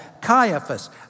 Caiaphas